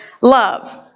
love